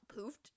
poofed